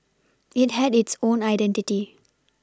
it had its own identity